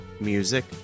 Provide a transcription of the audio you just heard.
music